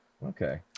Okay